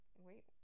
wait-